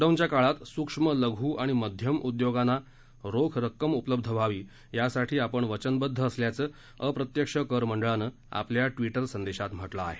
टाळेबंदीच्या काळात सूक्ष्म लघ् वस्त आणि मध्यम उद्योगांना रोख रक्कम उपलब्ध व्हावी यासाठी आपण वचनबद्ध असल्याचं अप्रत्यक्ष करमंडळानं आपल्या ट्विटर संदेशात म्हटलं आहे